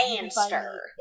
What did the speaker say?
monster